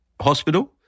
hospital